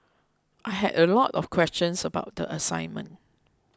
I had a lot of questions about the assignment